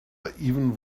even